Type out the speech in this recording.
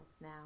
now